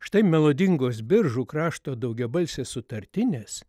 štai melodingos biržų krašto daugiabalsės sutartinės